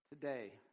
today